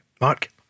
Mark